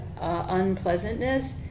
unpleasantness